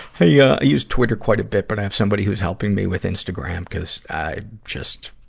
i yeah i use twitter quite a bit, but i have somebody who's helping me with instagram, cuz i just,